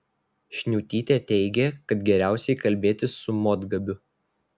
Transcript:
šniutytė teigė kad geriausiai kalbėtis su motgabiu